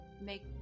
make